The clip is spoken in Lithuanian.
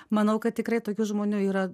manau kad tikrai tokių žmonių yra